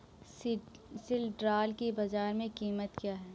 सिल्ड्राल की बाजार में कीमत क्या है?